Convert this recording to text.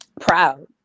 proud